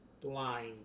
Blind